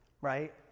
right